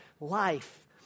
Life